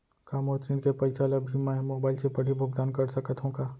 का मोर ऋण के पइसा ल भी मैं मोबाइल से पड़ही भुगतान कर सकत हो का?